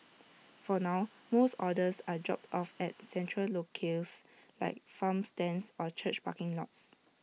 for now most orders are dropped off at central locales like farm stands or church parking lots